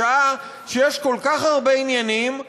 בשעה שיש כל כך הרבה עניינים,